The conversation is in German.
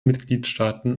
mitgliedstaaten